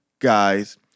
guys